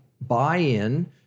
buy-in